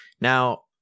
Now